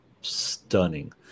stunning